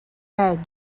that